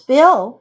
Bill